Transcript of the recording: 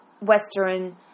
Western